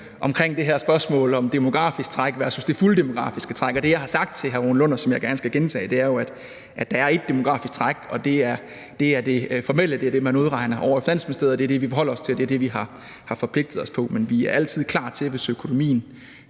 og jeg har, er jo om det demografiske træk versus det fulde demografiske træk. Og det, jeg har sagt til hr. Rune Lund, og som jeg gerne skal gentage, er, at der er ét demografisk træk, og det er det formelle, og det er det, man udregner ovre i Finansministeriet. Det er det, vi forholder os til, og det er det, vi har forpligtet os på. Men vi er altid klar til, hvis økonomien